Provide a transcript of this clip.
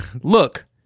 Look